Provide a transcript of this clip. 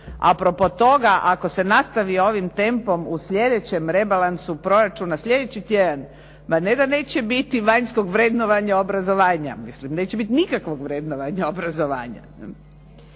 A propo toga ako se nastavi ovim tempom u sljedećem rebalansu proračuna sljedeći tjedan ma ne da neće biti vanjskog vrednovanja obrazovanja, mislim neće biti nikakvog vrednovanja obrazovanja.